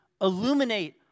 illuminate